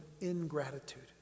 ingratitude